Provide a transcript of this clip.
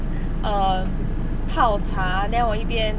err 泡茶 then 我一边